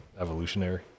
evolutionary